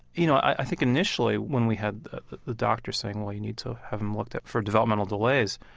you know, i think initially when we had the doctors saying, well, you need to have him looked at for developmental delays,